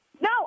No